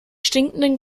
stinkenden